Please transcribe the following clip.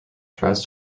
tries